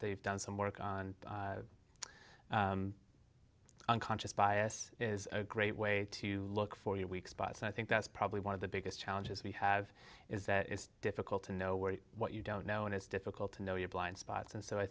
they've done some work on unconscious bias is a great way to look for your weak spots and i think that's probably one of the biggest challenges we have is that it's difficult to know where you what you don't know and it's difficult to know your blind spots and so i